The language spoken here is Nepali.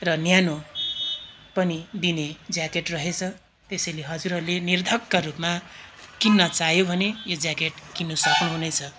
र न्यानो पनि दिने ज्याकेट रहेछ त्यसैले हजुरहरूले निर्धक्क रूपमा किन्न चाह्यो भने यो ज्याकेट किन्न सक्नुहुनेछ